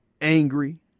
angry